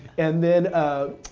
and then